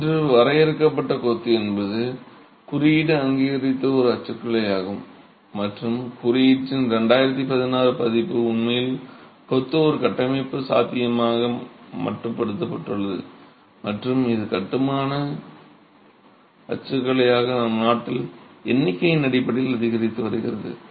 இன்று வரையறுக்கப்பட்ட கொத்து என்பது குறியீடு அங்கீகரித்த ஒரு அச்சுக்கலையாகும் மற்றும் குறியீட்டின் 2016 பதிப்பு உண்மையில் கொத்து ஒரு கட்டமைப்பு சாத்தியமாக மட்டுப்படுத்தப்பட்டுள்ளது மற்றும் ஒரு கட்டுமான அச்சுக்கலையாக நம் நாட்டில் எண்களின் அடிப்படையில் அதிகரித்து வருகிறது